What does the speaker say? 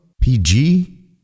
PG